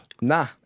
Nah